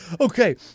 Okay